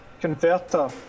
converter